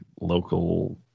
local